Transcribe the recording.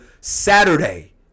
Saturday